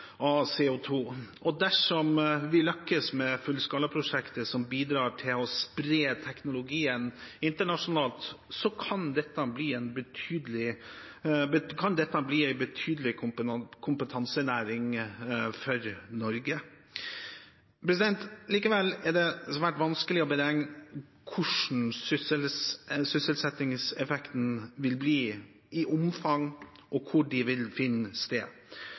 av CO 2 . Og dersom vi lykkes med fullskalaprosjektet, som bidrar til å spre teknologien internasjonalt, kan dette bli en betydelig kompetansenæring for Norge. Likevel er det svært vanskelig å beregne hvordan sysselsettingseffektene vil bli i omfang, og hvor de vil finne sted.